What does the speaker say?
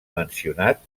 mencionat